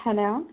hello